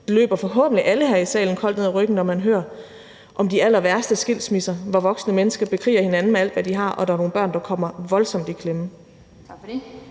Det løber forhåbentlig alle her i salen koldt ned ad ryggen, når man hører om de allerværste skilsmisser, hvor voksne mennesker bekriger hinanden med alt, hvad de har, og der er nogle børn, der kommer voldsomt i klemme.